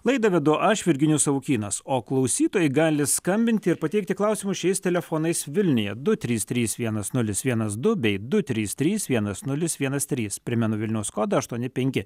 laidą vedu aš virginijus savukynas o klausytojai gali skambinti ir pateikti klausimus šiais telefonais vilniuje du trys trys vienas nulis vienas du bei du trys trys vienas nulis vienas trys primenu vilniaus kodą aštuoni penki